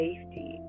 safety